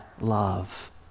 love